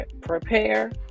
prepare